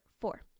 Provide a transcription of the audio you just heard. four